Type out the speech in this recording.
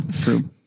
true